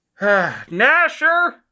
Nasher